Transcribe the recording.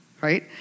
right